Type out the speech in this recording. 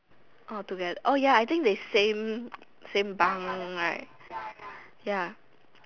orh together orh ya I think the same same bunk right ya